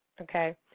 okay